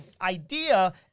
idea